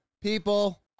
people